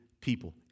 people